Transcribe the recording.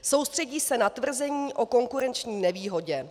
Soustředí se na tvrzení o konkurenční nevýhodě.